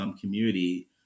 community